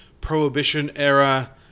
Prohibition-era